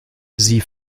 sie